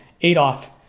Adolf